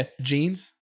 jeans